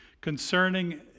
concerning